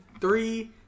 three